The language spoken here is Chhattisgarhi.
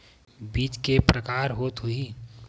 बीज के प्रकार के होत होही?